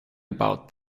about